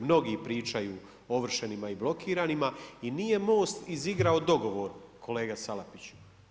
Mnogi pričaju o ovršenima i blokiranima i nije Most izigrao dogovor kolega Salapiću.